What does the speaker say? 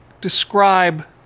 describe